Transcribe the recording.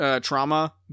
trauma